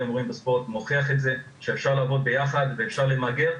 הימורים בספורט מוכיח שאפשר לעבוד ביחד ואפשר למגר,